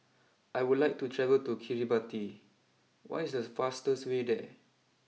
I would like to travel to Kiribati what is the fastest way there